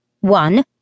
one